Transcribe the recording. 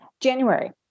January